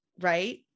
right